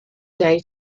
day